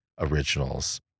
originals